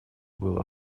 было